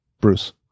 Bruce